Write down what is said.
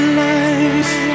life